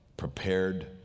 prepared